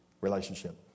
Relationship